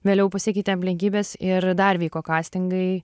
vėliau pasikeitė aplinkybės ir dar vyko kastingai